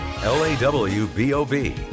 L-A-W-B-O-B